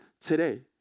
today